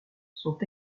sont